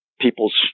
people's